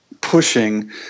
pushing